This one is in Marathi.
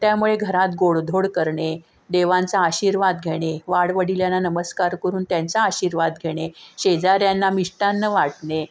त्यामुळे घरात गोडधोड करणे देवांचा आशीर्वाद घेणे वाडवडिल्यांना नमस्कार करून त्यांचा आशीर्वाद घेणे शेजाऱ्यांना मिष्टान्न वाटणे